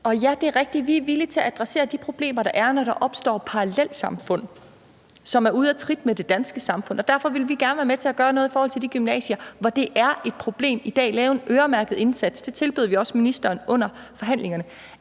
Og ja, det er rigtigt, at vi er villige til at adressere de problemer, der er, når der opstår parallelsamfund, som er ude af trit med det danske samfund. Og derfor vil vi gerne være med til at gøre noget ved de gymnasier, hvor det er et problem i dag, og lave en øremærket indsats. Det tilbød vi også ministeren under forhandlingerne.